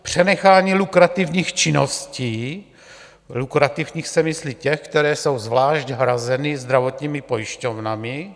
Přenechání lukrativních činností, lukrativních se myslí těch, které jsou zvlášť hrazeny zdravotními pojišťovnami.